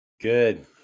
Good